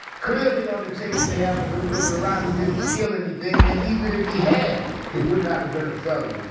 clearly on the tape they have of him looking around, he didn't steal anything and even if he had, it would not have been a felony.